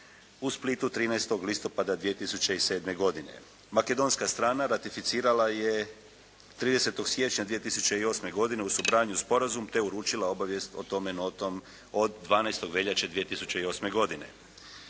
u Splitu 13. listopada 2007. godine. Makedonska strana ratificirala je 30. siječnja 2008. godine u Sobranju sporazum te uručila obavijest o tome notom od 12. veljače 2008. godine.